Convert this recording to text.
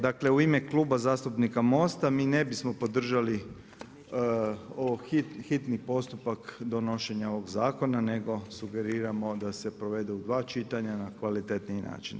Dakle u ime Kluba zastupnika MOST-a mi ne bismo podržali ovaj hitni postupak donošenja ovog zakona nego sugeriramo da se provede u dva čitanja na kvalitetniji način.